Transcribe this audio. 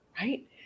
right